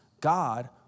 God